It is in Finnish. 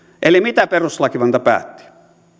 mitä perustuslakivaliokunta päätti